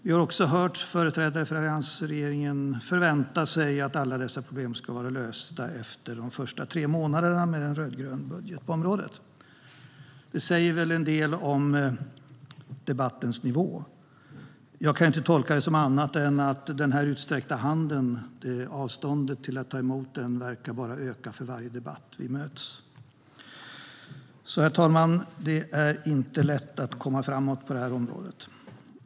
Vi har också hört att företrädare för alliansregeringen förväntar sig att alla problem ska vara lösta efter de första tre månaderna med en rödgrön budget på området. Det säger väl en del om debattens nivå. Jag kan inte tolka det som annat än att avståndet till den utsträckta handen bara verkar öka för varje debatt som vi möts i. Herr talman! Det är inte lätt att komma framåt på det här området.